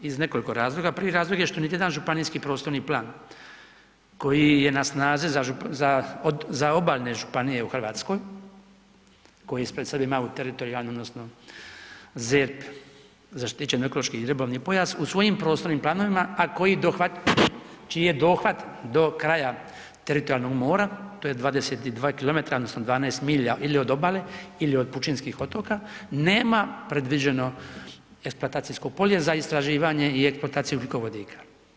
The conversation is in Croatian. Iz nekoliko razloga, prvi razlog je što niti jedan županijski prostorni plan koji je na snazi za obalne županije u Hrvatskoj, koji ispred sebe ima u teritorijalnom odnosno ZERP, zaštičeni ekološko-ribolovni pojas, u svojim prostornim planovima, a koji ... čiji je dohvat do kraja teritorijalnog mora, to je 22 km, odnosno 12 milja ili od obale ili od pučinskih otoka, nema predviđeno eksploatacijsko polje za istraživanje i eksploataciju ugljikovodika.